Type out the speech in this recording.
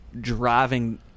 driving